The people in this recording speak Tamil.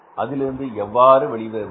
அதிலிருந்து எவ்வாறு வெளியே வருவது